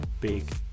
big